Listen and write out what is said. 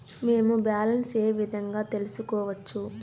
మేము బ్యాలెన్స్ ఏ విధంగా తెలుసుకోవచ్చు?